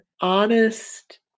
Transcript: honest